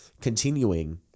continuing